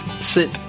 Sit